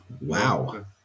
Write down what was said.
Wow